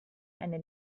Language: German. eine